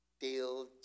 deal